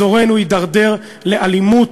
אזורנו התדרדר לאלימות.